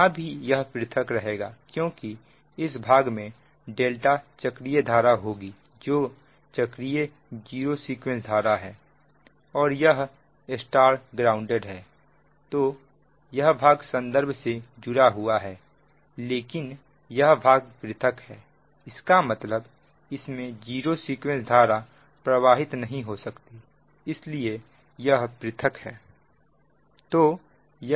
यहां भी यह पृथक रहेगा क्योंकि इस भाग में ∆ चक्रीय धारा होगी जो चक्रीय जीरो सीक्वेंस धारा है और यह Y ग्राउंडेड है तो यह भाग संदर्भ से जुड़ा हुआ है लेकिन यह भाग पृथक है इसका मतलब इसमें जीरो सीक्वेंस धारा प्रवाहित नहीं हो सकती इसलिए यह पृथक है